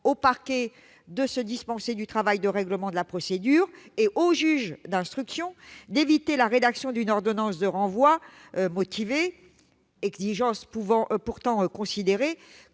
au parquet de se dispenser du travail de règlement de la procédure et au juge d'instruction d'éviter la rédaction d'une ordonnance de renvoi motivée- une exigence pouvant pourtant considérée